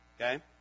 Okay